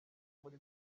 muri